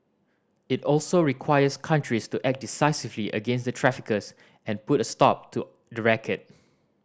it also requires countries to act decisively against the traffickers and put a stop to the racket